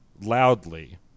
loudly